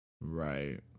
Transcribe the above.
Right